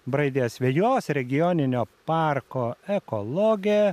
braidė asvejos regioninio parko ekologė